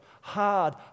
Hard